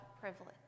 privilege